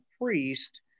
priest